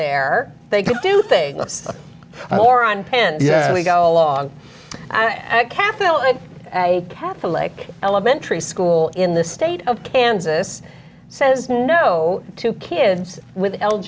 there they could do thing more on the go along i kept a catholic elementary school in the state of kansas says no to kids with